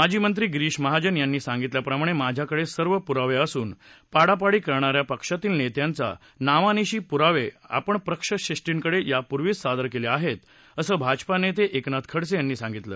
माजी मंत्री गिरीश महाजन यांनी सांगितल्याप्रमाणे माझ्याकडे सर्व पुरावे असून पाडापाडी करणाऱ्या पक्षातील नेत्यांची नावानिशी पुरावे आपण पक्षश्रेष्ठींकडे यापूर्वीच सादर केले आहेत असं भाजपा नेते एकनाथ खडसे यांनी सांगितलं